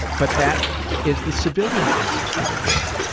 but that is the civilian entrance to the ward.